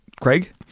Craig